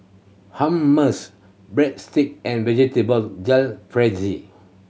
Hummus Breadstick and Vegetable Jalfrezi